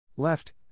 left